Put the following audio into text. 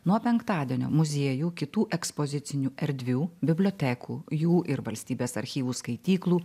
nuo penktadienio muziejų kitų ekspozicinių erdvių bibliotekų jų ir valstybės archyvų skaityklų